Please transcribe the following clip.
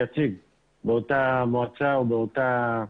גם לא אכפת לי.